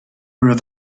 river